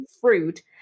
fruit